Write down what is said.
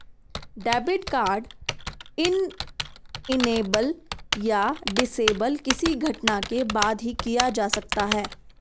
debit card enable या disable किसी घटना के बाद ही किया जा सकता है